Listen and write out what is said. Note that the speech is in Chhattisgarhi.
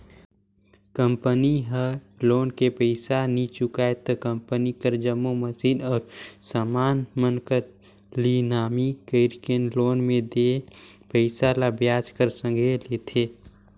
कंपनी ह लोन के पइसा नी चुकाय त कंपनी कर जम्मो मसीन अउ समान मन कर लिलामी कइरके लोन में देय पइसा ल बियाज कर संघे लेथे